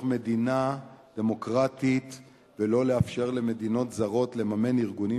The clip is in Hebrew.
מדינה דמוקרטית ולא לאפשר למדינות זרות לממן ארגונים